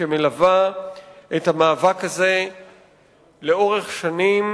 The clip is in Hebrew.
שמלווה את המאבק הזה לאורך שנים.